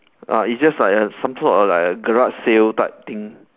uh it's just like a some sort of like a garage sale type thing